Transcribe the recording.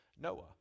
Noah